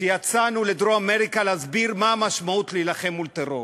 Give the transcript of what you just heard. כשיצאנו לדרום-אמריקה להסביר מה המשמעות של להילחם מול טרור,